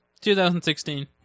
2016